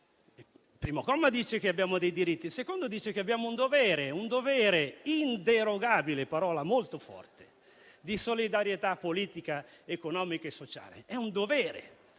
al primo comma, dice che abbiamo diritti, ma al secondo dice che abbiamo un dovere inderogabile - espressione molto forte - di solidarietà politica, economica e sociale. È un dovere